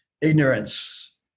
ignorance